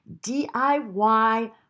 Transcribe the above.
DIY